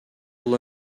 бул